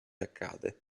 accade